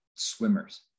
swimmers